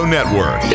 Network